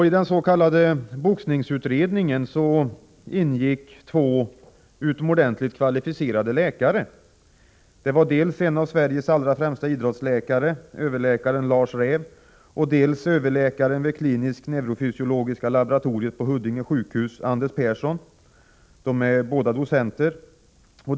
I den s.k. boxningsutredningen ingick två utomordentligt kvalificerade läkare, dels en av Sveriges allra främsta idrottsläkare, överläkare Lars Räf, dels överläkaren vid klinisk-neurofysiologiska laboratoriet på Huddinge sjukhus, Anders Persson, båda docenter.